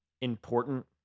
important